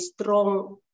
strong